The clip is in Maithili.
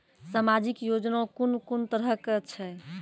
समाजिक योजना कून कून तरहक छै?